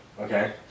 Okay